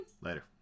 Later